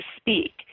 speak